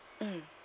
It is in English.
mm